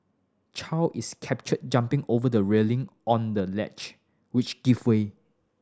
Chow is captured jumping over the railing on the ledge which give way